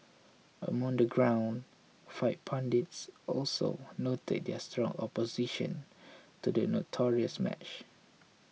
among the ground fight pundits also noted their strong opposition to the notorious match